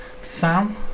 Sam